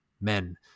men